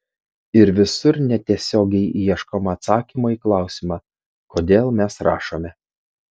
ir visur netiesiogiai ieškoma atsakymo į klausimą kodėl mes rašome